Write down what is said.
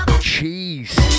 Cheese